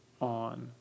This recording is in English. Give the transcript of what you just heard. on